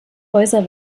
häuser